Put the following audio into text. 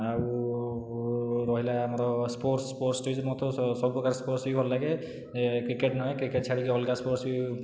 ଆଉ ରହିଲା ଆମର ସ୍ପୋର୍ଟସ୍ ସ୍ପୋର୍ଟସ୍ ମୋତେ ସବୁ ପ୍ରକାର ସ୍ପୋର୍ଟସ ବି ଭଲ ଲାଗେ କ୍ରିକେଟ ନ ହୋଇ କ୍ରିକେଟ ଛାଡ଼ିକି ଅଲଗା ସ୍ପୋର୍ଟସ୍ ବି